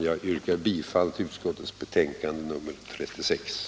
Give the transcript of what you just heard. Jag yrkar bifall till utskottets hemställan.